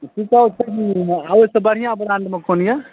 ओहिसॅं बढ़िऑं ब्रांड मे कोन यऽ